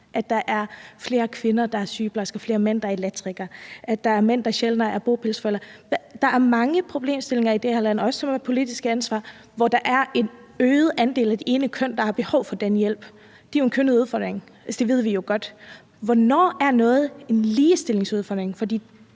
at der er flere kvinder, der er sygeplejersker, og flere mænd, der er elektrikere, og at mænd sjældnere er bopælsforældre. Der er mange problemstillinger i det her land – også nogle, som det er et politisk ansvar at håndtere – hvor der er en større andel af det ene køn, der har behov for den hjælp. Det er en kønnet udfordring, og det ved vi jo godt. Hvornår er noget en ligestillingsudfordring?